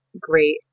great